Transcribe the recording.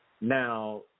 Now